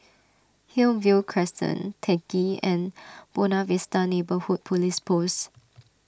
Hillview Crescent Teck Ghee and Buona Vista Neighbourhood Police Post